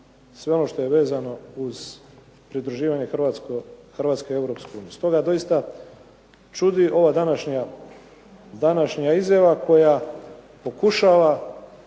sve ono što je vezano uz pridruživanje Hrvatske Europskoj uniji. Stoga doista čudi ova današnja izjava koja pokušava